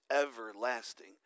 everlasting